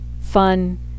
fun